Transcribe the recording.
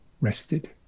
rested